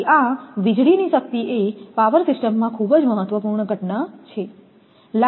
તેથી આ વીજળીની શક્તિ એ પાવર સિસ્ટમમાં ખૂબ જ મહત્વપૂર્ણ ઘટના છે